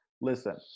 Listen